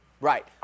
Right